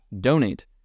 donate